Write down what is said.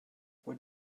what